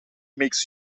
makes